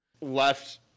left